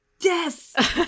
Yes